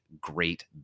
great